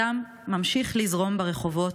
הדם ממשיך לזרום ברחובות,